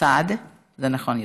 סעד זה נכון יותר.